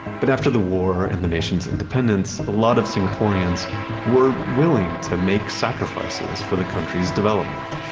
but after the war and the nation's independence, a lot of singaporeans were willing to make sacrifices for the country's development.